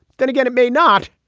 then again it may not.